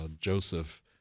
Joseph